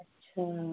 अच्छा